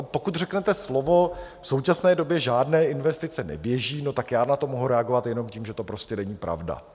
Pokud řeknete slovo: V současné době žádné investice neběží, tak já na to mohu reagovat jenom tím, že to prostě není pravda.